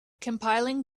compiling